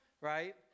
right